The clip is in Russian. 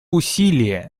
усилия